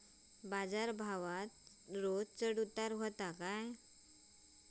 बाजार भावात रोज चढउतार व्हता काय?